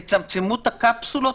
למה זה צריך להיות "בהקדם האפשרי"?